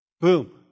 Boom